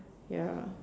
ya